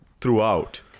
throughout